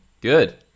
Good